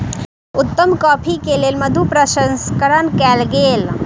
उत्तम कॉफ़ी के लेल मधु प्रसंस्करण कयल गेल